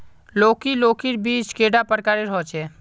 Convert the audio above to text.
लौकी लौकीर बीज कैडा प्रकारेर होचे?